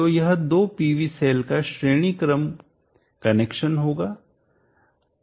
तो यह दो PV सेल का श्रेणी क्रम कनेक्शनसंबंध होगा